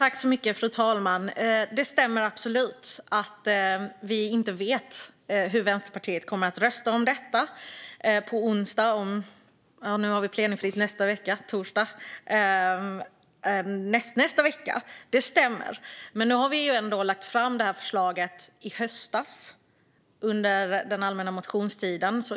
Fru talman! Det stämmer absolut att vi inte vet hur Vänsterpartiet kommer att rösta på torsdag nästnästa vecka. Nu har vi ändå lagt fram förslaget i höstas under den allmänna motionstiden.